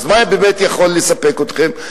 אז מה באמת יכול לספק אתכם?